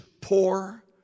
poor